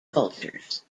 cultures